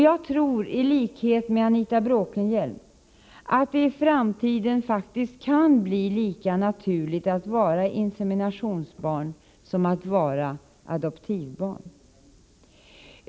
Jag tror, i likhet med Anita Bråkenhielm, att det i framtiden faktiskt kan bli lika naturligt att vara inseminationsbarn som att vara adoptivbarn.